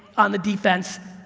on the defense,